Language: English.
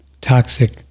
toxic